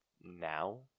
now